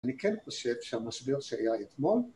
אני כן חושב שהמסביר שהיה אתמול